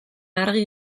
argi